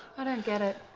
i don't get it.